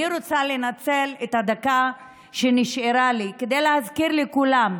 אני רוצה לנצל את הדקה שנשארה לי כדי להזכיר לכולם: